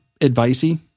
advicey